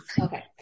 Okay